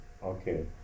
okay